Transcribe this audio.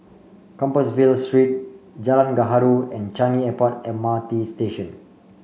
Compassvale Street Jalan Gaharu and Changi Airport M R T Station